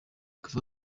kuva